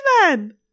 man